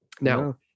Now